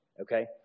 okay